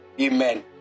Amen